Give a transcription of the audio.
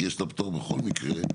כי יש לה פטור בכל מקרה.